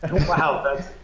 wow. that's